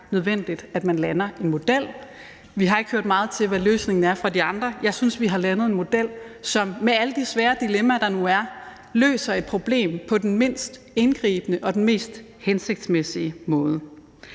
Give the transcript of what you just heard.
at man lander en model. Vi har ikke hørt meget til, hvad løsningen er, fra de andre. Jeg synes, vi har landet en model, som med alle de svære dilemmaer, der nu er, løser et problem på den mindst indgribende og den mest hensigtsmæssige måde.